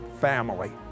family